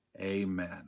Amen